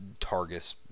Targus